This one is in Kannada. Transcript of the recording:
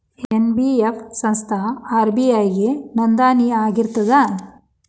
ಎನ್.ಬಿ.ಎಫ್ ಸಂಸ್ಥಾ ಆರ್.ಬಿ.ಐ ಗೆ ನೋಂದಣಿ ಆಗಿರ್ತದಾ?